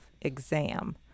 exam